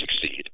succeed